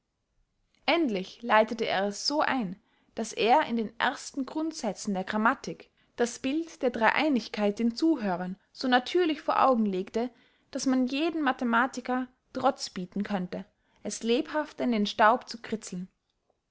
endlich leitete er es so ein daß er in den ersten grundsätzen der grammatik das bild der dreyeinigkeit den zuhörern so natürlich vor augen legte daß man jeden mathematiker trotz bieten könnte es lebhafter in den staub zu kritzlen